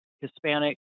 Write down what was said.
Hispanic